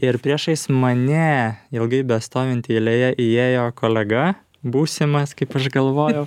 ir priešais mane ilgai bestovint eilėje įėjo kolega būsimas kaip aš galvojau